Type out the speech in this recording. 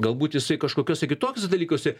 galbūt jisai kažkokiuose kituose dalykuose